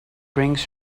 brings